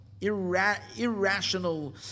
irrational